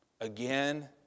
Again